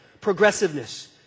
progressiveness